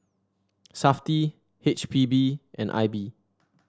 Safti H P B and I B